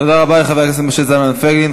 תודה רבה לחבר הכנסת משה זלמן פייגלין.